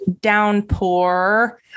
downpour